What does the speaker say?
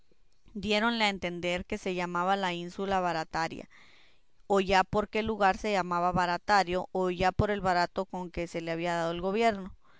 diéronle a entender que se llamaba la ínsula barataria o ya porque el lugar se llamaba baratario o ya por el barato con que se le había dado el gobierno